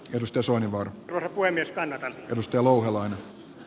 edustus on vain voimistaan rusto louhelaan